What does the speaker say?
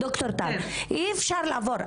אי אפשר לעבור.